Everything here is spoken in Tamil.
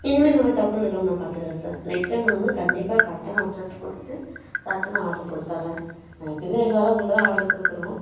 இனிமேல் இந்தமாதிரி தப்பு நடக்காமல் நான் பார்த்துக்கிறேன் சார் நெக்ஸ்ட் டைம் இந்தமாதிரி கண்டிப்பாக கரெக்டான அட்ரஸ் கொடுத்து கரெக்டான ஆர்டரை கொடுத்துர்றேன் நான் எப்பவுமே ரெகுலரா உங்கள்டேதான் ஆர்ட்ரு கொடுக்குறோம்